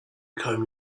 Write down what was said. comb